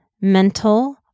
mental